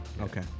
okay